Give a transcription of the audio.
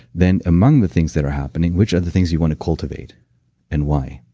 then, among the things that are happening, which are the things you want to cultivate and why?